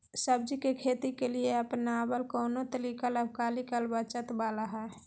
सब्जी के खेती के लिए अपनाबल कोन तरीका लाभकारी कर बचत बाला है?